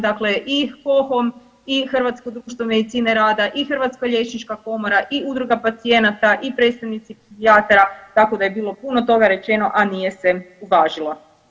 Dakle i HOKOM i Hrvatsko društvo medicine rada i Hrvatska liječnička komora i Udruga pacijenata i predstavnici ... tako da je bilo puno toga rečeno, a nije se uvažilo.